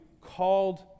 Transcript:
called